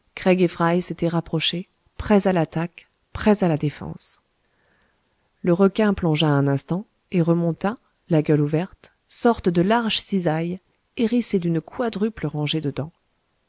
s'étaient rapprochés prêts à l'attaque prêts à la défense le requin plongea un instant et remonta la gueule ouverte sorte de large cisaille hérissée d'une quadruple rangée